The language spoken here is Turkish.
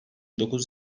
dokuz